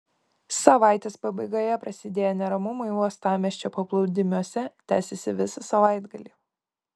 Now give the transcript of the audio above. savaitės pabaigoje prasidėję neramumai uostamiesčio paplūdimiuose tęsėsi visą savaitgalį